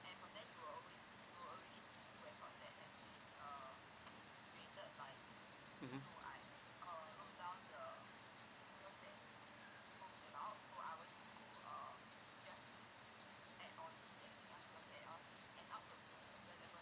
mmhmm